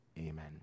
Amen